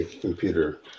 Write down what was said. Computer